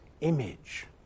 image